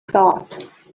thought